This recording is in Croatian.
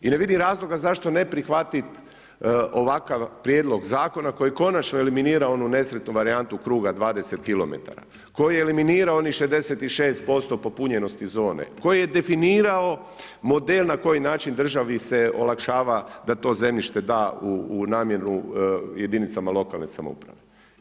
I ne vidim razloga zašto ne prihvatiti ovakav prijedlog zakona, koji konačno eliminira, onu nesretnu varijantnu kruga 20 km, koji eliminira onih 66% popunjenosti zone, koji je definira model na koji način državi se olakšava, da to zemljište da u namjenu jedinicama lokalne samouprave.